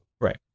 Right